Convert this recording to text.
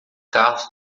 carros